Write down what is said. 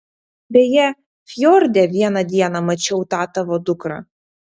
beje fjorde vieną dieną mačiau tą tavo dukrą